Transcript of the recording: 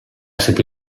cette